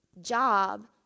job